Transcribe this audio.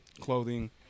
clothing